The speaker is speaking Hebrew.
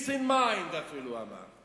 peace of mind אפילו הוא אמר,